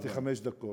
לא דיברתי חמש דקות.